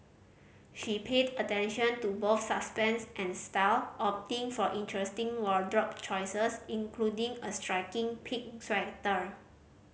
she paid attention to both substance and style opting for interesting wardrobe choices including a striking pink sweater